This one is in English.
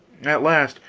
at last,